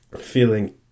feeling